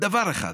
דבר אחד,